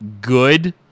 good